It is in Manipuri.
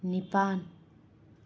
ꯅꯤꯄꯥꯟ